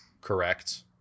Correct